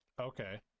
okay